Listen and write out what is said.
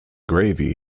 gravy